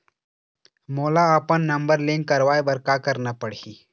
मोला अपन number link करवाये बर का करना पड़ही?